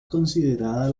considerada